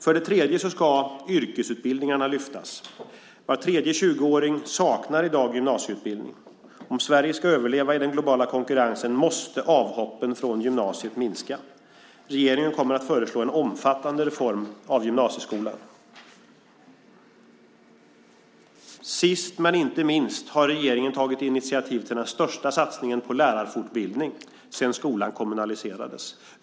För det tredje ska yrkesutbildningarna lyftas. Var tredje 20-åring saknar i dag gymnasieutbildning. Om Sverige ska överleva i den globala konkurrensen måste avhoppen från gymnasiet minska. Regeringen kommer därför att föreslå en omfattande reform av gymnasieskolan. Sist, men inte minst, har regeringen tagit initiativ till den största satsningen på lärarfortbildning sedan skolan kommunaliserades.